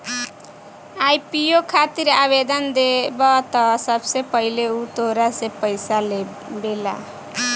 IPO खातिर आवेदन देबऽ त सबसे पहिले उ तोहरा से पइसा लेबेला